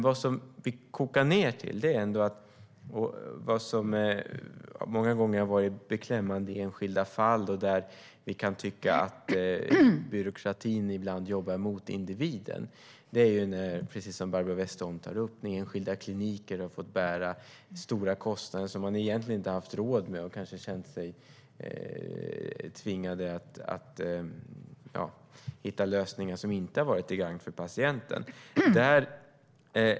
Vad det kokar ned till och vad som många gånger har varit beklämmande i enskilda fall, där vi kan tycka att byråkratin jobbar mot individen, är precis det Barbro Westerholm tar upp: Enskilda klinker har fått bära stora kostnader som de egentligen inte haft råd med, och de kanske har känt sig tvingade att hitta lösningar som inte har varit till gagn för patienten.